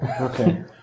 Okay